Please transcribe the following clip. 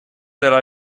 della